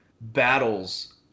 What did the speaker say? battles